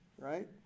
right